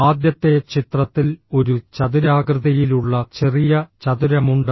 ആദ്യത്തെ ചിത്രത്തിൽ ഒരു ചതുരാകൃതിയിലുള്ള ചെറിയ ചതുരമുണ്ട്